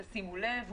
שימו לב.